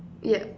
yup